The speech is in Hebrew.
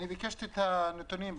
אני ביקשתי את הנתונים.